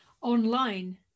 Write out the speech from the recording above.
online